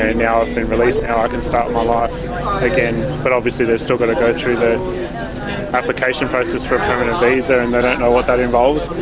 and now i've been released, now i can start my life again. but obviously they've still got to go through the application process for a permanent visa and they don't know what that involves.